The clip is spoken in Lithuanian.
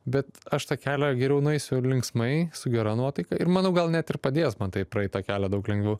bet aš tą kelią geriau nueisiu ir linksmai su gera nuotaika ir manau gal net ir padės man tai praeit tą kelią daug lengviau